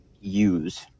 use